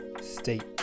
state